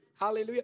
Hallelujah